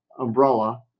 umbrella